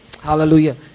Hallelujah